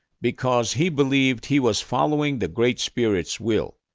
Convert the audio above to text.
because he believed he was following the great spirit's will.